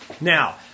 Now